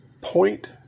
point